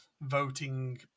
voting